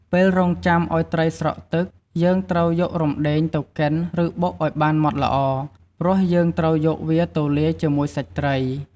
ពេលរង់ចាំឱ្យត្រីស្រក់ទឹក យើងត្រូវយករំដេងទៅកិន ឬ បុកឱ្យបានម៉ដ្ដល្អ ព្រោះយើងត្រូវយកវាទៅលាយជាមួយសាច់ត្រី។